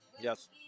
Yes